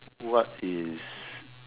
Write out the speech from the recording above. what is